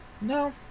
No